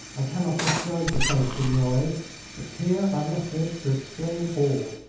i cannot describe the place, signore but here are letters to explain all.